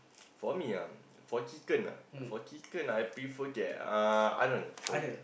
for me ah for chicken ah for chicken I prefer okay uh Arnold sorry